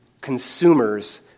consumers